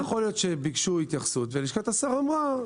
אז יכול להיות שביקשו התייחסות ולשכת השר אמרה,